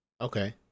Okay